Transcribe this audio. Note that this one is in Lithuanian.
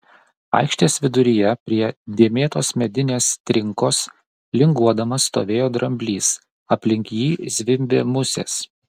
aikštės viduryje prie dėmėtos medinės trinkos linguodamas stovėjo dramblys aplink jį zvimbė musės